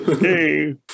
Hey